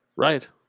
Right